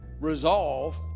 resolve